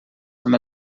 amb